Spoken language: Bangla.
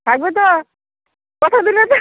থাকবে তো কথা দিলে তো